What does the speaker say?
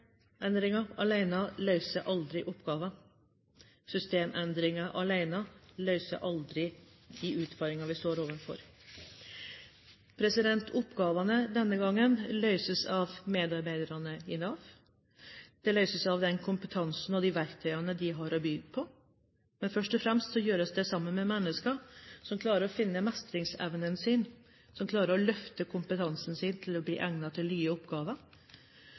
løser aldri oppgaver. Systemendringer alene løser aldri de utfordringer vi står overfor. Oppgavene denne gangen løses av medarbeiderne i Nav. De løses av den kompetansen og de verktøyene de har å by på. Men først og fremst gjøres dette sammen med mennesker som klarer å finne mestringsevnen sin, som klarer å løfte kompetansen sin til å bli egnet til nye oppgaver,